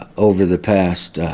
ah over the past